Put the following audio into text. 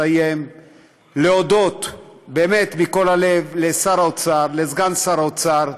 אני רוצה לסיים ולהודות באמת מכל הלב לשר האוצר ולסגן שר האוצר,